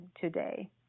today